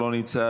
לא נמצא,